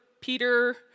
Peter